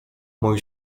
mój